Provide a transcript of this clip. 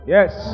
Yes